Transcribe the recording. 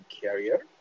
Carrier